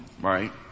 right